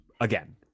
again